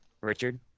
Richard